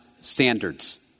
standards